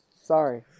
sorry